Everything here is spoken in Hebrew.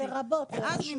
ואז,